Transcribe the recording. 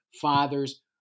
fathers